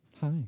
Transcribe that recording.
Hi